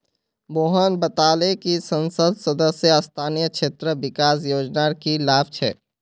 मोहन बताले कि संसद सदस्य स्थानीय क्षेत्र विकास योजनार की लाभ छेक